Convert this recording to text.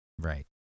Right